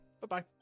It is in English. Bye-bye